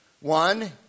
One